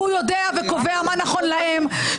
והוא יודע וקובע מה נכון להן.